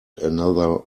another